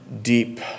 deep